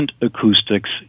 acoustics